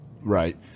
Right